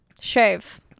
shave